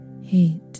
hate